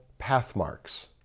Pathmarks